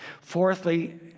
fourthly